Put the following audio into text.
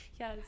Yes